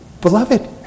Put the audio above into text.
Beloved